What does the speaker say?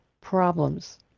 problems